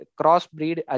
crossbreed